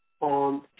on